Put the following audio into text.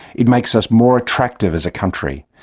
it makes us more attractive as a country.